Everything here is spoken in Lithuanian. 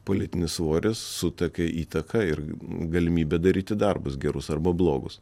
politinis svoris su tokia įtaka ir galimybe daryti darbus gerus arba blogus